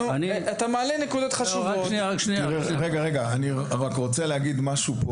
אתה מעלה נקודות חשובות --- אני רק רוצה להגיד משהו: